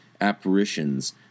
apparitions